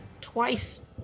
twice